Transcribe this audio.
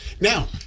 Now